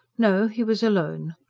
no, he was alone.